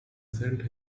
sent